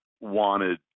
wanted